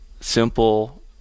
simple